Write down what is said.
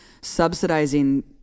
subsidizing